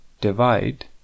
divide